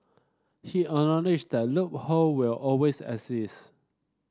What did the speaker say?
he acknowledged that loophole will always exist